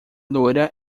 loira